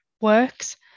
works